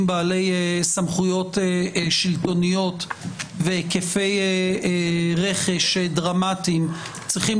בעלי סמכויות שלטוניות והיקפי רכש דרמטיים צריכים